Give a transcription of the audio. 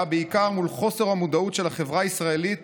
בעיקר מול חוסר המודעות של החברה הישראלית